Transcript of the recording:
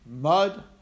mud